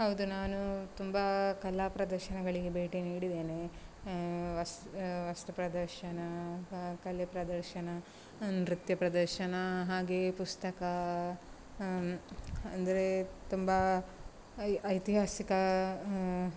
ಹೌದು ನಾನು ತುಂಬ ಕಲಾಪ್ರದರ್ಶನಗಳಿಗೆ ಭೇಟಿ ನೀಡಿದ್ದೇನೆ ವಸ್ತು ವಸ್ತು ಪ್ರದರ್ಶನ ಕಲೆ ಪ್ರದರ್ಶನ ನೃತ್ಯ ಪ್ರದರ್ಶನ ಹಾಗೆಯೇ ಪುಸ್ತಕ ಅಂದರೆ ತುಂಬ ಐತಿಹಾಸಿಕ